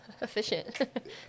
Efficient